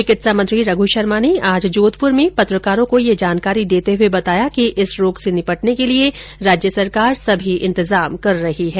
चिकित्सा मंत्री रघु शर्मा ने आज जोंधपुर में पत्रकारों ये जानकारी देते हुए बताया कि इस रोग से निपटने के लिये राज्य सरकार सभी इतजाम कर रही है